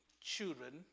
children